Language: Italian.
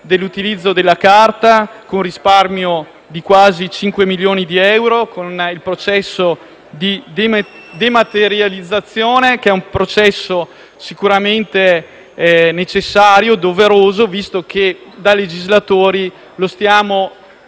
dell'utilizzo della carta, con un risparmio di quasi 5 milioni di euro, grazie al processo di dematerializzazione, sicuramente necessario e doveroso. Visto che da legislatori lo stiamo